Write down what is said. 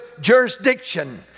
jurisdiction